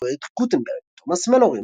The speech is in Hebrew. בפרויקט גוטנברג תומאס מלורי,